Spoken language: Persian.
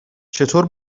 چطور